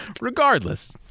regardless